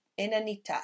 Inanita